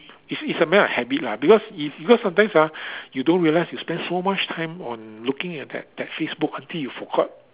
it's it's a matter of habit lah because it because sometimes ah you don't realise you spend so much time on looking at that that Facebook until you forgot